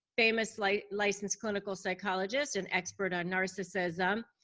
famous like licensed clinical psychologist and expert on narcissism.